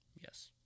Yes